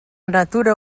natura